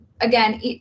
again